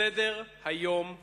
סדר-היום העולמי.